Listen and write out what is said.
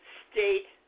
state